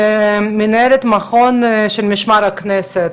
מנהלת מכון של משמר הכנסת,